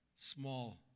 small